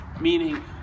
meaning